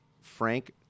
Frank